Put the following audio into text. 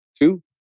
Two